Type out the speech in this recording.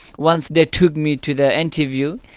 once they took me to the interview,